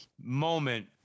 moment